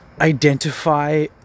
identify